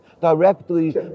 directly